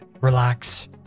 relax